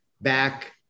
back